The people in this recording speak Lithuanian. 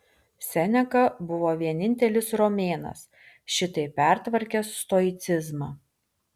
seneka buvo vienintelis romėnas šitaip pertvarkęs stoicizmą